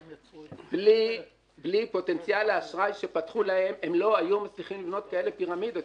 בלי פוטנציאל האשראי שפתחו להם הם לא היו מצליחים לבנות כאלה פירמידות.